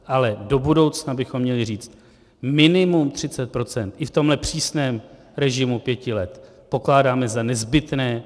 Ale do budoucna bychom měli říct: minimum 30 % i v tomhle přísném režimu pěti let pokládáme za nezbytné.